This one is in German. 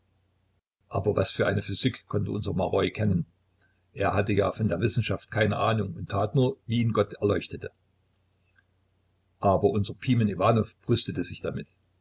aber was für eine physik konnte unser maroi kennen er hatte ja von der wissenschaft keine ahnung und tat nur wie ihn gott erleuchtete aber unser pimen iwanow brüstete sich damit